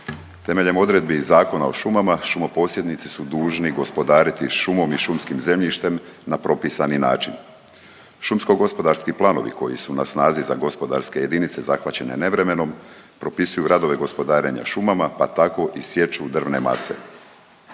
Temeljem odredbi iz Zakona o šumama, šumoposjednici su dužni gospodariti šumom i šumskim zemljištem na propisani način. Šumsko-gospodarski planovi koji su na snazi za gospodarske jedinice zahvaćene nevremenom, propisuju radove gospodarenja šumama, pa tako i sječu drvne mase.